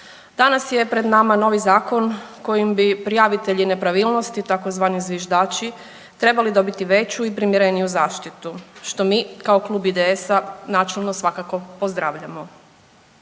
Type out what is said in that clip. Danas je pred nama novi zakon kojim bi prijavitelji nepravilnosti tzv. zviždači trebali dobiti veću i primjereniju zaštitu što mi kao klub IDS-a načelno svakako pozdravljamo.